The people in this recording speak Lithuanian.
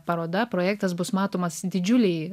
paroda projektas bus matomas didžiulei